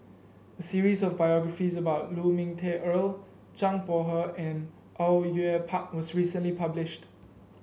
a series of biographies about Lu Ming Teh Earl Zhang Bohe and Au Yue Pak was recently published